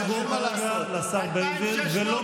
רשות הדיבור כרגע לשר בן גביר.